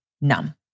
numb